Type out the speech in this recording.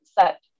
set